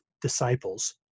disciples